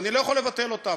אני לא יכול לבטל אותם.